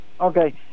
Okay